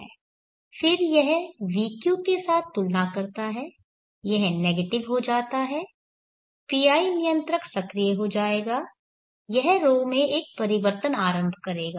फिर यह vq के साथ तुलना करता है यह नेगेटिव हो जाता है PI नियंत्रक सक्रिय हो जाएगा यह ρ में एक परिवर्तन आरंभ करेगा